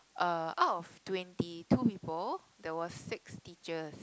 uh out of twenty two people there was six teachers